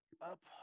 up